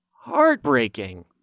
Heartbreaking